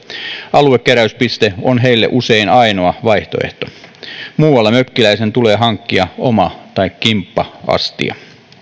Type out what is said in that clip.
aluekeräyspiste on heille usein ainoa vaihtoehto muualla mökkiläisen tulee hankkia oma tai kimppa astia